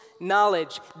knowledge